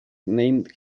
named